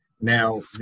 Now